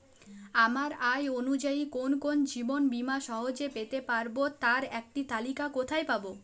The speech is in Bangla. আমার আয় অনুযায়ী কোন কোন জীবন বীমা সহজে পেতে পারব তার একটি তালিকা কোথায় পাবো?